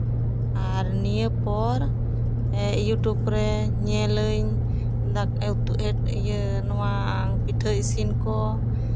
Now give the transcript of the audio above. ᱟᱨ ᱱᱤᱭᱟᱹᱯᱚᱨ ᱤᱭᱩᱴᱩᱵᱽ ᱨᱮ ᱧᱮᱞᱟᱹᱧ ᱫᱟᱠᱟ ᱩᱛᱩ ᱦᱮᱴ ᱤᱭᱟᱹ ᱱᱚᱣᱟ ᱯᱤᱴᱷᱟᱹ ᱤᱥᱤᱱ ᱠᱚ